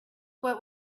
what